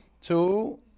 two